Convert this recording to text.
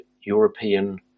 European